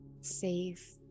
safe